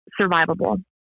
survivable